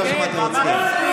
לא שמעתי רצח.